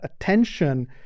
attention